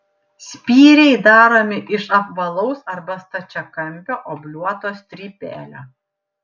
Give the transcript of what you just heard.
spyriai daromi iš apvalaus arba stačiakampio obliuoto strypelio